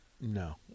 No